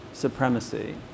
Supremacy